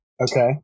Okay